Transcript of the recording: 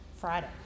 Friday